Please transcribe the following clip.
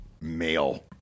male